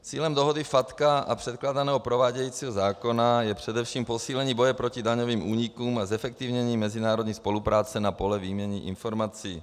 Cílem dohody FATCA a předkládaného provádějícího zákona je především posílení boje proti daňovým únikům a zefektivnění mezinárodní spolupráce na poli výměny informací.